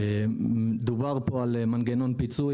דובר פה על מנגנון פיצוי,